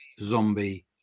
zombie